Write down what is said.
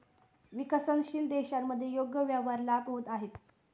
विकसनशील देशांमध्ये योग्य व्यापार लाभ होत आहेत